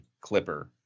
Clipper